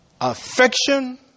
affection